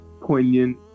poignant